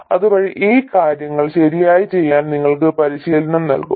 അതുവഴി ഈ കാര്യങ്ങൾ ശരിയായി ചെയ്യാൻ നിങ്ങൾക്ക് പരിശീലനം നൽകും